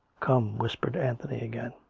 come, whispered anthony again.